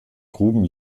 gruben